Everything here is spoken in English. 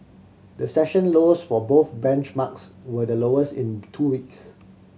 the session lows for both benchmarks were the lowest in two weeks